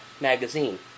magazine